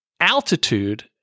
Altitude